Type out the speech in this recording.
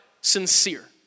sincere